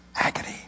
agony